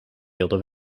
wilde